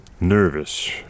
nervous